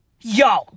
Yo